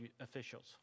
officials